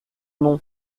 nom